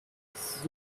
wise